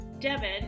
Devin